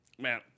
Man